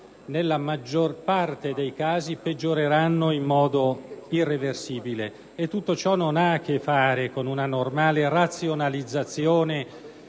nella maggior parte dei casi, peggioreranno in modo irreversibile. Tutto ciò non ha a che fare con una normale razionalizzazione